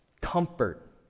comfort